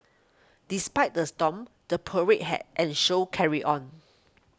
despite the storm the parade had and show carried on